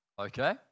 okay